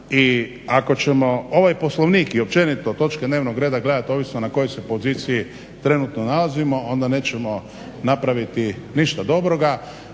I ako ćemo ovaj Poslovnik i općenito točke dnevnog reda gledati ovisno na kojoj se poziciji trenutno nalazimo onda nećemo napraviti ništa dobroga,